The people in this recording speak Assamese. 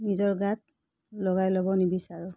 নিজৰ গাত লগাই ল'ব নিবিচাৰোঁ